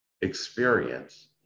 experience